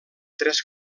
tres